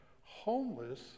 homeless